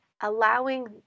allowing